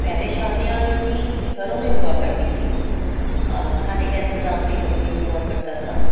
پہلے شادیاں جو تھیں گھروں میں ہوا کرتی تھیں کھانے کا انتظام بھی گھر میں ہی ہوا کرتا تھا